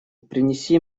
принеси